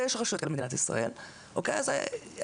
ויש רשויות כאלה במדינת ישראל אז האפשרות